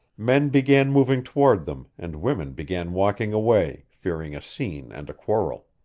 men began moving toward them, and women began walking away, fearing a scene and a quarrel.